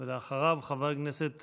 ואחריו, חבר הכנסת